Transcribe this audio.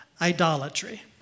idolatry